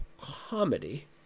comedy